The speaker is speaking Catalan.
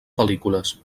pel·lícules